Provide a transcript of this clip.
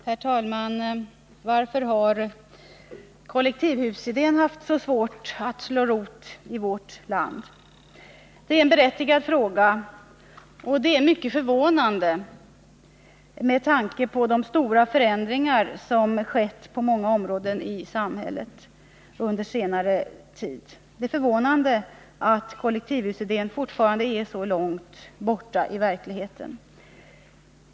Herr talman! Varför har kollektivhusidén haft så svårt att slå rot i vårt land? Det är en berättigad fråga. Med tanke på de stora förändringar på många områden som skett i samhället under senare tid är det förvånande att kollektivhusidén fortfarande är så långt borta i verkligheten.